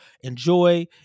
enjoy